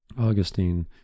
Augustine